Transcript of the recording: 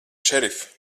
šerif